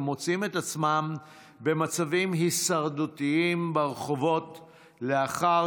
שמוצאים את עצמם במצבים הישרדותיים ברחובות לאחר